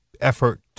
effort